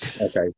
Okay